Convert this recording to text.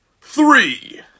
three